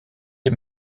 des